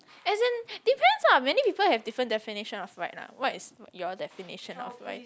as in depends lah many people have different definition of right lah what if your definition of right